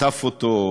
חטף אותו,